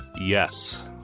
yes